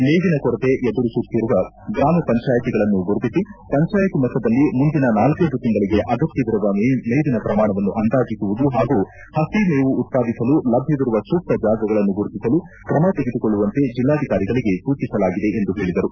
ಮೇವಿನ ಕೊರತೆ ಎದುರಿಸುತ್ತಿರುವ ಗ್ರಾಮ ಪಂಚಾಯಿತಿಗಳನ್ನು ಗುರುತಿಸಿ ಪಂಜಾಯಿತಿ ಮಟ್ಟದಲ್ಲಿ ಮುಂದಿನ ನಾಲ್ಟೈದು ತಿಂಗಳಗೆ ಅಗತ್ತವಿರುವ ಮೇವಿನ ಪ್ರಮಾಣವನ್ನು ಅಂದಾಜಿಸುವುದು ಹಾಗೂ ಹಸಿ ಮೇವು ಉತ್ಪಾದಿಸಲು ಲಭ್ಯವಿರುವ ಸೂಕ್ತ ಜಾಗಗಳನ್ನು ಗುರುತಿಸಲು ಕ್ರಮ ತೆಗೆದುಕೊಳ್ಳುವಂತೆ ಜೆಲ್ಲಾಧಿಕಾರಿಗಳಿಗೆ ಸೂಚಿಸಲಾಗಿದೆ ಎಂದು ಹೇಳಿದರು